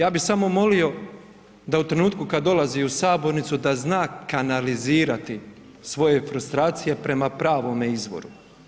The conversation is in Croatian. Ja bih samo molio da u trenutku kada dolazi u sabornicu da zna kanalizirati svoje frustracije prema pravome izvoru.